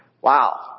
Wow